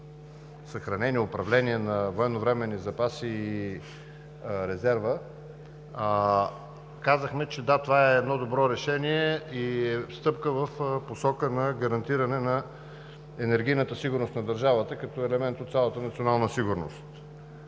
съхранение, управление на военновременните запаси и резерва, казахме, че това е едно добро решение и стъпка в посока на гарантиране енергийната сигурност на държавата като елемент от цялата национална сигурност.